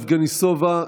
יבגני סובה,